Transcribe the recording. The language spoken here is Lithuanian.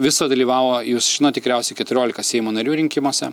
viso dalyvavo jūs žinot tikriausiai keturiolika seimo narių rinkimuose